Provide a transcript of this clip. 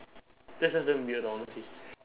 that's just damn weird honestly